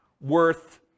worth